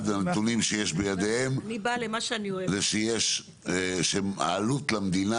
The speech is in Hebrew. -- הנתונים שיש בידיהם זה שהעלות למדינה